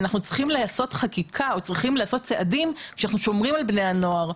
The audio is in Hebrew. אנחנו צריכים לעשות חקיקה וצעדים שאנחנו שומרים על בני הנוער.